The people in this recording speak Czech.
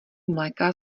mléka